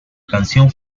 canción